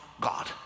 God